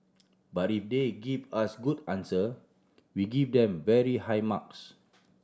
but if they give us good answer we give them very high marks